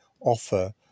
offer